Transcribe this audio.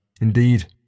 Indeed